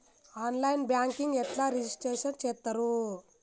On line banking ఎట్లా register చేత్తరు?